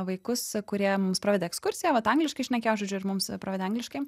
vaikus kurie mums pravedė ekskursiją vat angliškai šnekėjo žodžiu ir mums pravedė angliškai